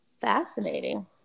Fascinating